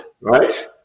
Right